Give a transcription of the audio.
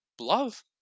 love